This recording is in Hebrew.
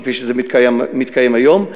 כפי שזה מתקיים היום,